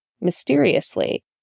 mysteriously